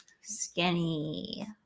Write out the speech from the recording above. skinny